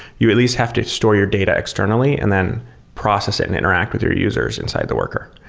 you at least have to store your data externally and then process it and interact with your users inside the worker.